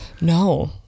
No